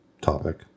topic